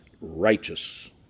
righteous